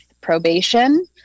probation